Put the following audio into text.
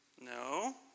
No